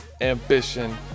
ambition